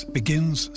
begins